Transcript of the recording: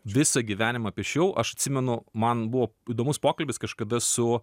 visą gyvenimą piešiau aš atsimenu man buvo įdomus pokalbis kažkada su